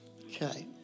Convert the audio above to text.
Okay